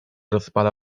rozpala